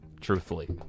truthfully